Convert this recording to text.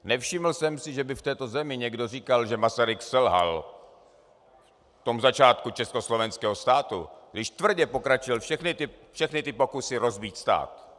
Nevšiml jsem si, že by v této zemi někdo říkal, že Masaryk selhal v tom začátku československého státu, když tvrdě potlačil všechny pokusy rozbít stát.